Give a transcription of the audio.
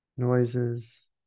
noises